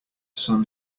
sun